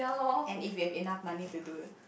and if you have enough money to do it